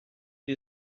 you